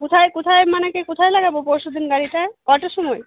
কোথায় কোথায় মানে কি কোথায় লাগাবো পরশু দিন গাড়িটা কটার সময়